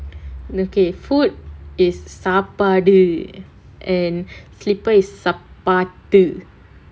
okay food is சாப்பாடு:saappaadu and slipper is சப்பாத்து:sappaathu